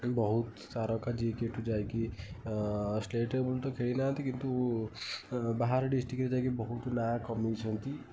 ବହୁତ ତାରକା ଯିଏ କି ଏଠୁ ଯାଇକି ଷ୍ଟେଟ୍ ଲେବଲ୍ ତ ଖେଳି ନାହାଁନ୍ତି କିନ୍ତୁ ବାହାର ଡିଷ୍ଟ୍ରିକ୍ଟରେ ଯାଇକି ବହୁତ ନାଁ କମେଇଛନ୍ତି